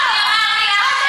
את אמרת.